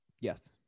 Yes